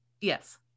yes